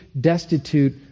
destitute